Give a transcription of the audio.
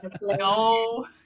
No